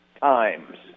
times